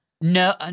No